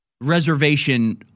reservation